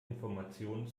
informationen